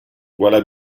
voilà